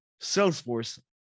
salesforce